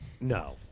no